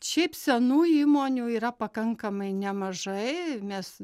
šiaip senų įmonių yra pakankamai nemažai mes